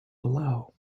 below